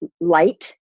light